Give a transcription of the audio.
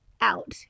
out